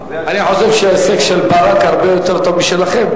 אני חושב שההישג של ברק הרבה יותר טוב משלכם,